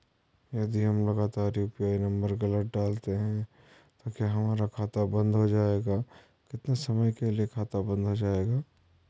हम यदि लगातार यु.पी.आई नम्बर गलत डालते हैं तो क्या हमारा खाता बन्द हो जाएगा कितने समय के लिए खाता बन्द हो जाएगा?